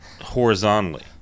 horizontally